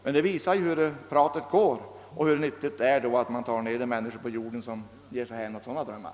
Detta visar hur ryktet går, och då kan det vara nyttigt att ta ned de människor på jorden som ger sig hän åt sådana drömmar.